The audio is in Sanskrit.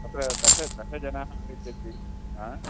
अत्र दश दशजनाः आगच्छन्ति हा